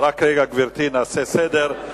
רק רגע, גברתי, נעשה סדר.